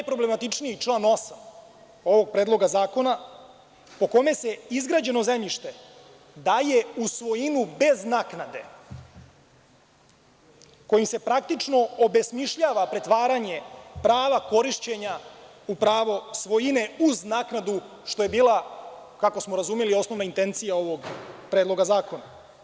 Najproblematičniji je član 8. ovog predloga zakona, po kome se izgrađeno zemljište daje u svojinu bez naknade, kojim se praktično obesmišljava pretvaranje prava korišćenja u pravo svojine uz naknadu, što je bila, kako smo razumeli, osnovna intencija ovog predloga zakona.